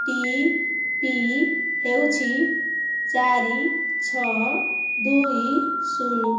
ଟି P ହେଉଛି ଚାରି ଛଅ ଦୁଇ ଶୂନ